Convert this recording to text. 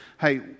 hey